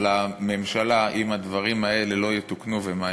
הממשלה אם הדברים האלה לא יתוקנו ומהר.